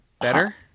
Better